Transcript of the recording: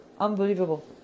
unbelievable